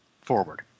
forward